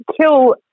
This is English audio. kill